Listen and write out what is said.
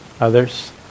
Others